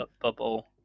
bubble